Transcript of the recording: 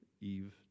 Eve